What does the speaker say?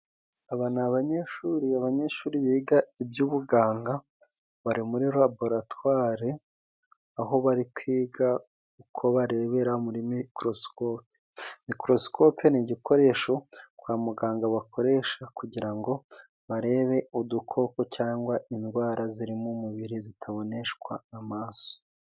Aba ni abanyeshuri abanyeshuri biga iby'ubuganga bari muri laboratware aho bari kwiga uko barebera muri mikorosikope, mikorosikope ni igikoresho kwa muganga bakoresha kugira ngo barebe udukoko cyangwa indwara ziri mu mubiri zitaboneshwa amaso.